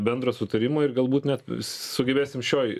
bendro sutarimo ir galbūt net sugebėsim šioj